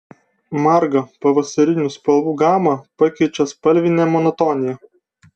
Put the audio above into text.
margą pavasarinių spalvų gamą pakeičia spalvinė monotonija